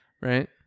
Right